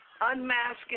Unmasking